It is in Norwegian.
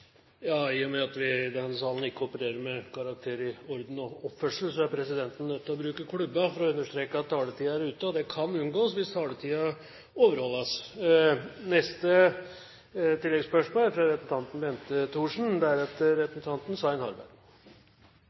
I og med at vi i denne salen ikke opererer med karakterer i orden og oppførsel, er presidenten nødt til å bruke klubba for å understreke at taletiden er ute. Det kan unngås hvis taletiden overholdes.